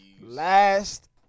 Last